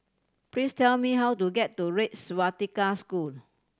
please tell me how to get to Red Swastika School